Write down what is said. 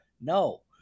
No